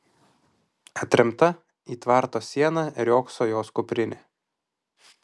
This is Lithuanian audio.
atremta į tvarto sieną riogso jos kuprinė